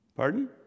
pardon